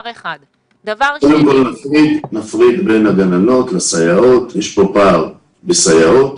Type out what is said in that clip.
נפריד בין הגננות לסייעות, יש פער בסייעות.